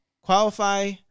qualify